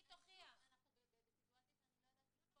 אנחנו בסיטואציה שאני לא יודעת לצפות.